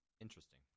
Interesting